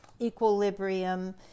equilibrium